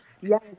yes